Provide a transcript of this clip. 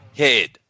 head